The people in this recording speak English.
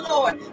Lord